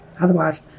Otherwise